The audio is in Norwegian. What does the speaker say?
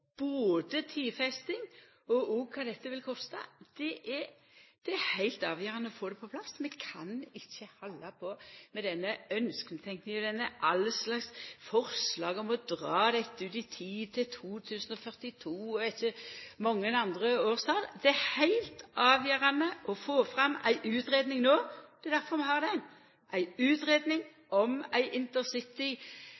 både tidfesting og kva dette vil kosta, er det heilt avgjerande å få det på plass. Vi kan ikkje halda på med denne ynsketenkinga, med alle forslaga om å dra dette ut i tid til 2042, og eg veit ikkje kva andre årstal. Det er heilt avgjerande å få fram ei utgreiing no. Det er difor vi har ho – ei